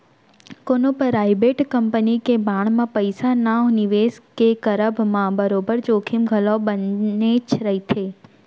कोनो private company के bond म पइसा न निवेस के करब म बरोबर जोखिम घलौ बनेच रहिथे